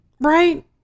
Right